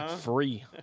Free